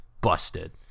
busted